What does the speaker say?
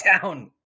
town